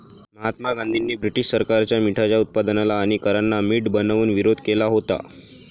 महात्मा गांधींनी ब्रिटीश सरकारच्या मिठाच्या उत्पादनाला आणि करांना मीठ बनवून विरोध केला होता